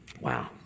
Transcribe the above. wow